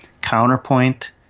Counterpoint